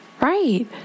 Right